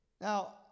Now